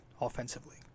offensively